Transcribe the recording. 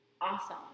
awesome